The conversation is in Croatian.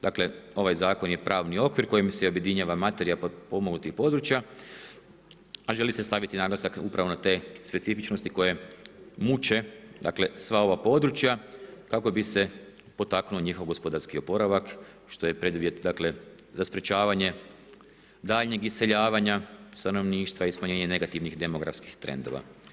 Dakle, ovaj Zakon je pravni okvir kojim se objedinjava materija potpomognutih područja, a želi se staviti naglasak upravo na te specifičnosti koje muče sva ova područja kako bi se potaknuo njihov gospodarski oporavak, što je preduvjet za sprečavanje daljnjeg iseljavanja stanovništva i smanjenja negativnih demografskih trendova.